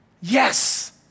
yes